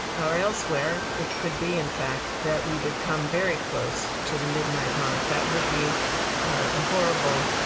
ah or elsewhere, it could be in fact that we would come very close to the midnight mark. that would be a horrible,